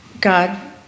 God